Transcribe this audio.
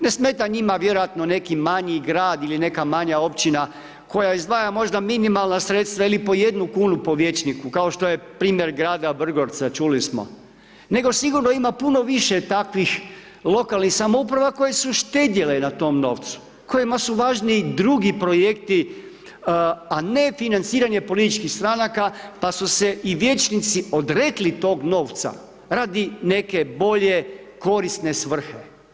Ne smeta njima vjerojatno neki manji grad ili neka manja općina koja izdvaja možda minimalna sredstva ili po 1 kn po vijećniku kao što je primjer grada Vrgorca, čuli smo, nego sigurno ima puno više takvih lokalnih samouprava koje su štedjele na tom novcu, kojima su važniji drugi projekti a ne financiranje političkih stranaka pa su se i vijećnici odrekli tog novca radi neke bolje korisne svrhe.